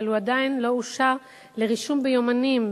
אבל הוא עדיין לא אושר לרישום ביומנים,